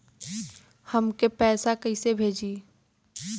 हमके पैसा कइसे भेजी?